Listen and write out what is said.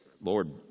Lord